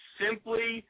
simply